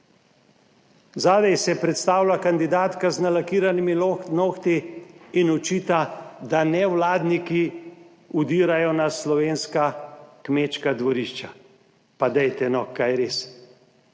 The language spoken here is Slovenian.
Zadaj se je predstavila kandidatka z nalakiranimi nohti in očita, da nevladniki vdirajo na slovenska kmečka dvorišča. Pa dajte no! Kaj res?